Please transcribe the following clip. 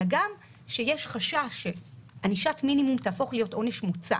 אלא גם שיש חשש שענישת מינימום תהפוך להיות עונש מוצא,